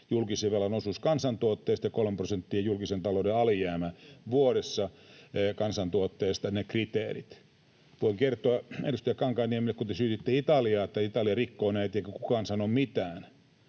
julkisen velan osuudelle kansantuotteesta ja 3 prosenttia julkisen talouden alijäämälle vuodessa, kansantuotteesta ne kriteerit, voin kertoa edustaja Kankaanniemelle, että kun te syytitte Italiaa, että Italia rikkoo näitä eikä kukaan sano mitään,